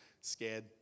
scared